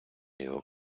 його